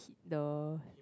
the